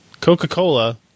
Coca-Cola